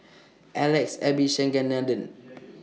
Alex Abisheganaden